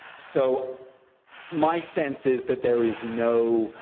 so my sense is that there is no.